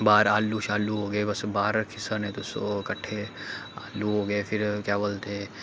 बाह्र आलू शालू हो गे बस बाह्र रक्खी सकने तुस ओह् कट्ठे आलू हो गे फिर क्या बोलदे